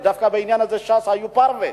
דווקא בעניין הזה ש"ס היו פרווה,